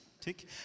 tick